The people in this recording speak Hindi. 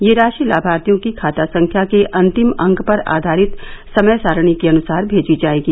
यह राशि लाभार्थियों की खाता संख्या के अंतिम अंक पर आधारित समय सारणी के अनुसार भेजी जाएगी